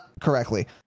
Correctly